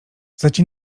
zaci